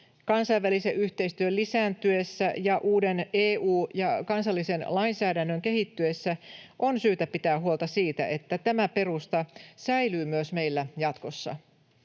kansainvälisen yhteistyön lisääntyessä ja uuden EU:n ja kansallisen lainsäädännön kehittyessä on syytä pitää huolta siitä, että tämä perusta säilyy meillä myös jatkossa.